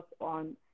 on